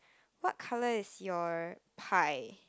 what colour is your pie